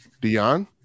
Dion